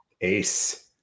Ace